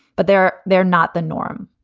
but they're they're not the norm.